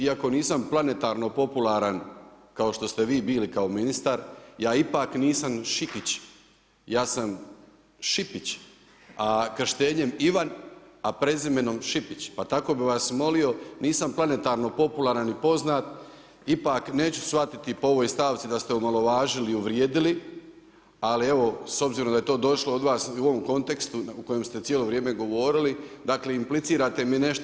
Iako nisam planetarno popularan kao što ste vi bili kao ministar, ja ipak nisam Šikić, ja sam Šipić, a krštenjem Ivan, a prezimenom Šipić, pa tako bi vas molio, nisam planetarno popularan i poznat, ipak neću shvatiti po ovoj stavci da ate omalovažili, uvrijedili, ali evo s obzirom daje to došlo od vas u ovom kontekstu u kojem ste cijelo vrijeme govorili, dakle implicirate mi nešto.